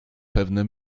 pewne